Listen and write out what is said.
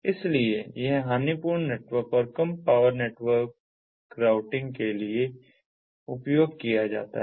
इसलिए यह हानिपूर्ण नेटवर्क और कम पावर नेटवर्क राउटिंग के लिए के लिए उपयोग किया जाता है